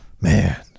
Man